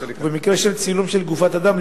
ובמקרה של צילום של גופת אדם,